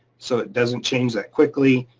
so it doesn't change that quickly.